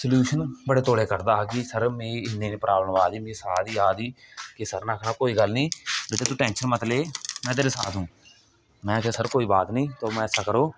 solution बडे़ तौले कढदा हा कि सर मी एह् प्राव्लम आरदी मी साह् दी आरदी सर ने आक्खना कोई गल्ल नेईं बेटे तू टैंशन मत ले मे तेरे साथ हू में आखेआ सर कोई बात नेई आप ऐसा करो